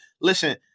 Listen